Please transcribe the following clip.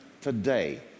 today